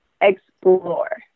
explore